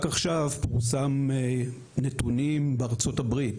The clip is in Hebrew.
עכשיו פורסמו נתונים בארצות-הברית,